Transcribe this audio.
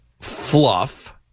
fluff